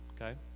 Okay